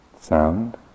sound